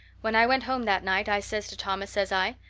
when i went home that night i says to thomas, says i,